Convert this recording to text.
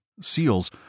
seals